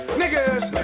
niggas